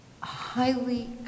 highly